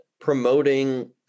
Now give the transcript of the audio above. promoting